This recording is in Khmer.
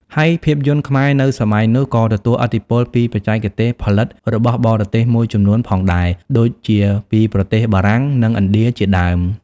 ហើយភាពយន្តខ្មែរនៅសម័យនោះ ក៏ទទួលឥទ្ធិពលពីបច្ចេកទេសផលិតរបស់បរទេសមួយចំនួនផងដែរ ដូចជាពីប្រទេសបារាំង និងឥណ្ឌា ជាដើម។